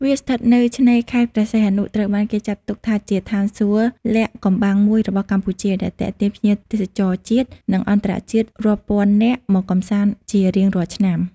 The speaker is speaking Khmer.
វាស្ថិតនៅឆ្នេរខេត្តព្រះសីហនុ ត្រូវបានគេចាត់ទុកថាជា ឋានសួគ៌លាក់កំបាំងមួយរបស់កម្ពុជា ដែលទាក់ទាញភ្ញៀវទេសចរជាតិ និងអន្តរជាតិរាប់ពាន់នាក់មកកំសាន្តជារៀងរាល់ឆ្នាំ។